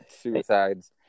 suicides